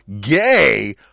gay